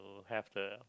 have the